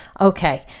Okay